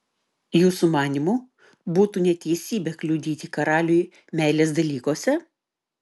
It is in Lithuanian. jūsų manymu būtų neteisybė kliudyti karaliui meilės dalykuose